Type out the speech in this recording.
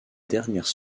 dernière